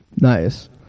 nice